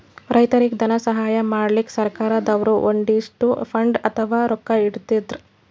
ರೈತರಿಗ್ ಧನ ಸಹಾಯ ಮಾಡಕ್ಕ್ ಸರ್ಕಾರ್ ದವ್ರು ಒಂದಿಷ್ಟ್ ಫಂಡ್ ಅಥವಾ ರೊಕ್ಕಾ ಇಟ್ಟಿರ್ತರ್